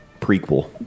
prequel